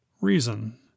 reason